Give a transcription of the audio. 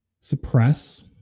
suppress